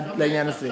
לעניין הזה.